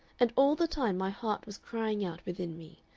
and all the time my heart was crying out within me,